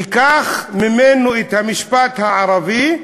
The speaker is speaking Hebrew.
ניקח ממנו את המשפט הערבי,